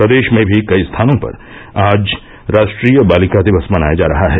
प्रदेष में भी कई स्थानों आज राष्ट्रीय बालिका दिवस मनाया जा रहा है